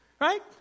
Right